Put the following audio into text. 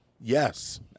Yes